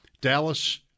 Dallas